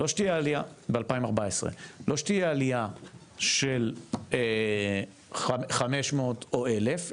ב- 2014 - לא שתהייה עלייה של 500 או אלף,